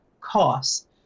costs